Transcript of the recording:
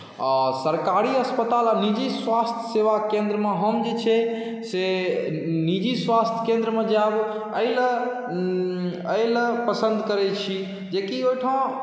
आ सरकारी अस्पताल आ निजी स्वास्थ्य सेवा केन्द्रमे हम जे छै से निजी स्वास्थ्य केन्द्रमे जायब एहिलेल एहिलेल पसन्द करैत छी जेकि ओहिठाम